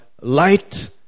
light